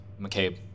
McCabe